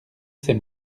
ses